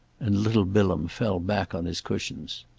and little bilham fell back on his cushions.